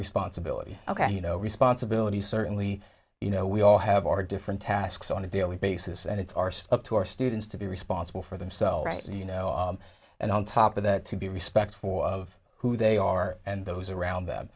responsibility ok you know responsibility certainly you know we all have our different tasks on a daily basis and it's arse up to our students to be responsible for themselves you know and on top of that to be respected for of who they are and those around th